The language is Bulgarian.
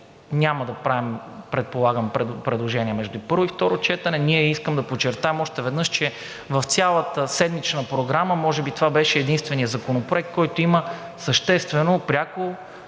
няма да правим, предполагам, предложения между първо и второ четене. Искам да подчертая още веднъж, че в цялата седмична програма може би това беше единственият Законопроект, който има съществено, пряко